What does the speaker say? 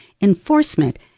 Enforcement